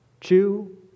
chew